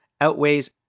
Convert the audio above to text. outweighs